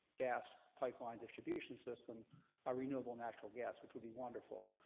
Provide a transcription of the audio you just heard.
gas pipeline distribution system a renewable natural gas which would be wonderful.